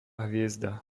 hviezda